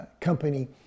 company